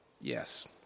Yes